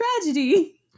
tragedy